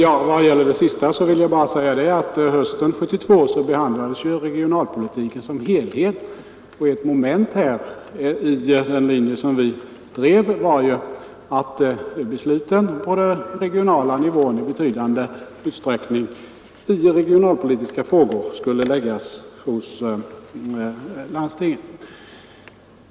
Herr talman! Jag skall ta upp vad herr Johansson i Trollhättan sade sist. Hösten 1972 behandlades regionalpolitiken som helhet, och då ingick som ett moment i den linje som vi drev att besluten på den regionala hos landstinget.